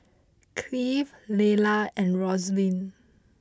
Clive Lelah and Rosaline